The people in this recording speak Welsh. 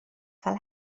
fel